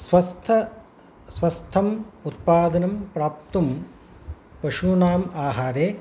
स्वस्थ स्वस्थम् उत्पादनं प्राप्तुं पशूनाम् आहारे